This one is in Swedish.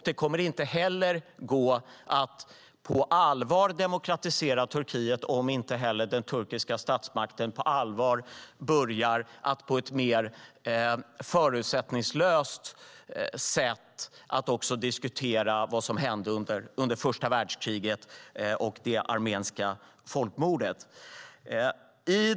Det kommer inte heller gå att på allvar demokratisera Turkiet om inte den turkiska statsmakten på allvar börjar att på ett mer förutsättningslöst sätt diskutera vad som hände under första världskriget och det armeniska folkmordet.